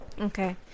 okay